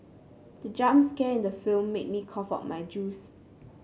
the jump scare in the film made me cough out my juice